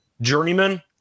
journeyman